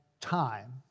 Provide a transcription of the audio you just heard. time